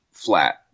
Flat